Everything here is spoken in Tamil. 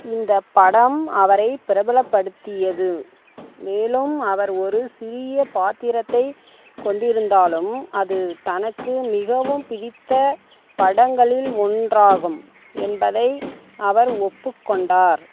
இந்த படம் அவரை பிரபலப்படுத்தியது மேலும் அவர் ஒரு சிறிய பாத்திரத்தைக் கொண்டிருந்தாலும் அது தனக்கு மிகவும் பிடித்த படங்களில் ஒன்றாகும் என்பதை அவர் ஒப்புக்கொண்டார்